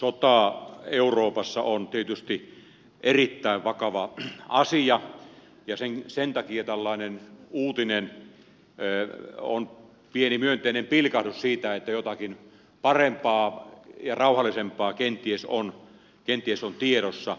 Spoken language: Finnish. sota euroopassa on tietysti erittäin vakava asia ja sen takia tällainen uutinen on pieni myönteinen pilkahdus siitä että jotakin parempaa ja rauhallisempaa kenties on tiedossa